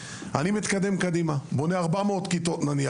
אני מתקדם קדימה, בונה נניח 400 כיתות,